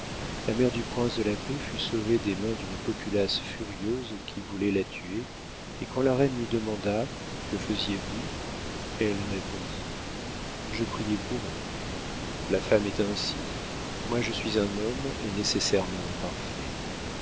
la mère du prince de la paix fut sauvée des mains d'une populace furieuse qui voulait la tuer et quand la reine lui demanda que faisiez-vous elle répondit je priais pour eux la femme est ainsi moi je suis un homme et nécessairement imparfait